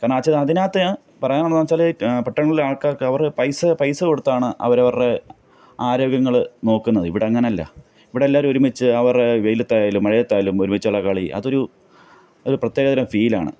കാരണം വെച്ചാൽ അതിനകത്ത് പറയാൻ വന്നത് എന്താണെന്നുവെച്ചാൽ പട്ടണങ്ങളിലെ ആൾക്കാർക്ക് അവർ പൈസ പൈസ കൊടുത്താണ് അവർ അവരുടെ ആരോഗ്യങ്ങൾ നോക്കുന്നത് ഇവിടെയങ്ങനെയല്ല ഇവിടെ എല്ലാവരും ഒരുമിച്ച് അവർ വെയിലത്തായാലും മഴയത്തായാലും ഒരുമിച്ചുള്ള കളി അതൊരു ഒരു പ്രത്യേകതരം ഫീലാണ്